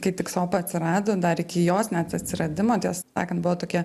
kai tik sopa atsirado dar iki jos net atsiradimo tiesą sakant buvo tokie